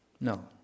No